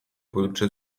pojutrze